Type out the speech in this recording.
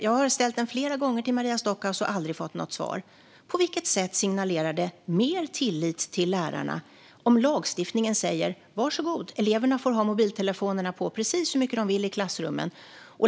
Jag har ställt den flera gånger till Maria Stockhaus och aldrig fått något svar. På vilket sätt signalerar det mer tillit till lärarna om lagstiftningen säger att eleverna får ha mobiltelefonerna på precis hur mycket de vill i klassrummen?